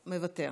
מוותר.